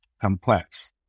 complex